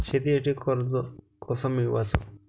शेतीसाठी कर्ज कस मिळवाच?